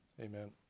Amen